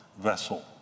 vessel